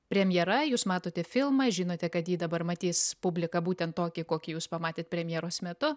premjera jūs matote filmą žinote kad jį dabar matys publika būtent tokį kokį jūs pamatėt premjeros metu